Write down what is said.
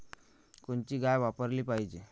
कोनची गाय वापराली पाहिजे?